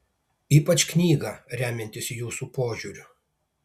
ypač knygą remiantis jūsų požiūriu